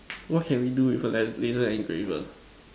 what can we do with a las~ laser engraver